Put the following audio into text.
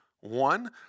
One